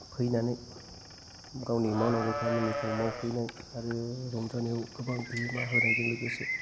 फैनानै गावनि मावनांगौ खामानिखौ मावफैनाय आरो रंजानायाव गोबां बिहोमा होनायजों लोगोसे